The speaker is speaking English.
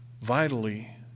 vitally